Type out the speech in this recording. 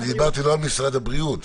לא דיברתי על משרד הבריאות.